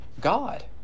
God